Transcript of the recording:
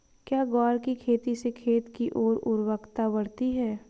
क्या ग्वार की खेती से खेत की ओर उर्वरकता बढ़ती है?